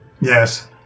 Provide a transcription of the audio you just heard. Yes